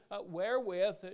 wherewith